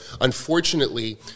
unfortunately